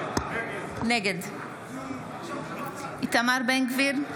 נגד איתמר בן גביר,